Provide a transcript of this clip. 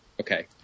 okay